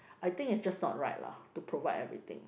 I think is just not right lah to provide everything